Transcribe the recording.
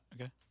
Okay